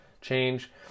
change